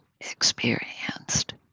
experienced